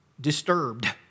disturbed